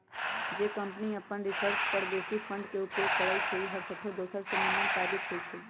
जे कंपनी अप्पन रिसर्च पर बेशी फंड के उपयोग करइ छइ उ हरसठ्ठो दोसर से निम्मन साबित होइ छइ